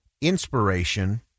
inspiration